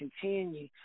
continue